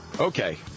Okay